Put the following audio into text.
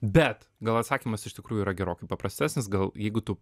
bet gal atsakymas iš tikrųjų yra gerokai paprastesnis gal jeigu tu